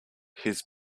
his